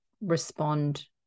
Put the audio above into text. respond